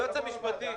היועץ המשפטי,